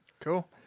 Cool